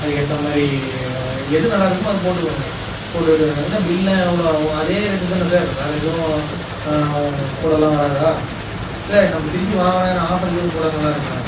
அதுக்கு ஏற்ற மாதிரி எது நல்லா இருக்குமோ அது போட்டுக்கோங்க போட்டுக்கிட்டு என்ன பில்லெலாம் எவ்வளோ ஆவும் அதே ரேட்டுக்கு தான சார் வேறு எதுவும் கூடெல்லாம் வராதா இல்லை நம்ப திருப்பியும் வாங்கறோம் எதனா ஆஃபரு கீஃபரு போட்டால் நல்லா இருக்கும்ல